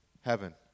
heaven